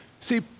See